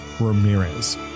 Ramirez